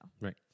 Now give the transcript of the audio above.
Right